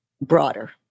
broader